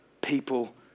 people